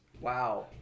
Wow